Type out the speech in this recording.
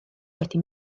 wedi